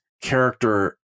character